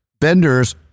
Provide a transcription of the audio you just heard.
vendors